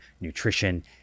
nutrition